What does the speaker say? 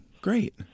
Great